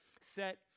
set